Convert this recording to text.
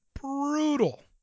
Brutal